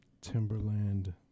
Timberland